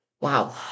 Wow